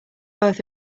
both